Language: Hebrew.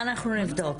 אנחנו נבדוק,